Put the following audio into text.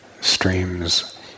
streams